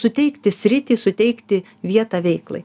suteikti sritį suteikti vietą veiklai